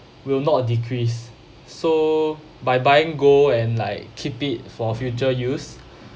will not decrease so by buying gold and like keep it for future use